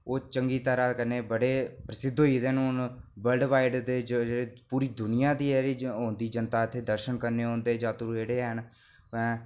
ओह् चंगी तरह कन्नै बड़े प्रसिद्ध होई गेदे न हून वलर्ड वाइड ते पूरी दूनियां दी होंदी जनता दर्शन करने गी औंदे जात्तरू जेह्ड़े हैन